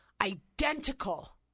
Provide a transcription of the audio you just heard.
identical